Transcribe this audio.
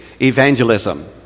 evangelism